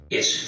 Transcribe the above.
Yes